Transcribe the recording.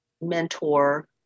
mentor